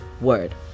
word